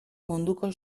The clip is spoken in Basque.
munduko